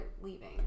leaving